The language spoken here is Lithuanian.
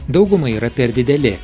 daugumai yra per dideli